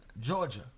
Georgia